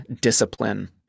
discipline